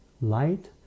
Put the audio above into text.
light